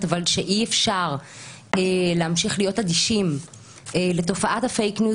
שאי אפשר להמשיך להיות אדישים לתופעת ה"פייק ניוז",